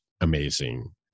amazing